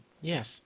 Yes